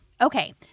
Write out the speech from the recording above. Okay